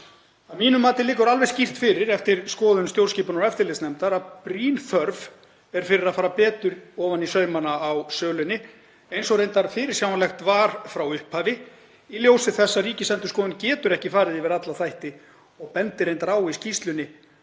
Að mínu mati liggur alveg skýrt fyrir eftir skoðun stjórnskipunar- og eftirlitsnefndar, að brýn þörf er fyrir að fara betur ofan í saumana á sölunni, eins og reyndar fyrirsjáanlegt var frá upphafi, í ljósi þess að Ríkisendurskoðun getur ekki farið yfir alla þætti og bendir reyndar á í skýrslunni